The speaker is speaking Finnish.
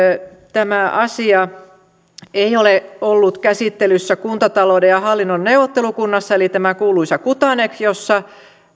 tämä asia ei ole ollut käsittelyssä kuntatalouden ja hallinnon neuvottelukunnassa eli tässä kuuluisassa kuthanekissa jossa